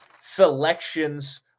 selections